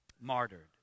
martyred